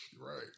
right